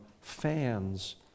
fans